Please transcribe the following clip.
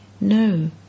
no